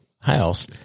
house